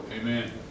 amen